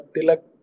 Tilak